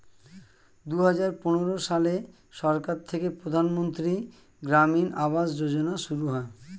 দুহাজার পনেরো সালে সরকার থেকে প্রধানমন্ত্রী গ্রামীণ আবাস যোজনা শুরু হয়